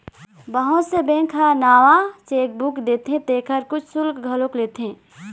बहुत से बेंक ह नवा चेकबूक देथे तेखर कुछ सुल्क घलोक लेथे